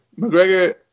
McGregor